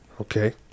Okay